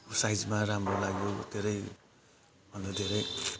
साइजमा राम्रो लाग्यो धेरै अन्त धेरै